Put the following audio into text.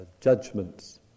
judgments